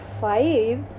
five